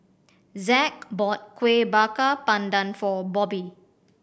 Zack bought Kuih Bakar Pandan for Bobbi